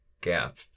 gap